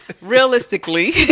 Realistically